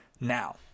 now